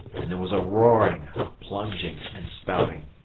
and there was a roaring, a plunging, and spouting.